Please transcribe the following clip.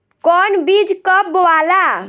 कौन बीज कब बोआला?